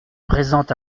présent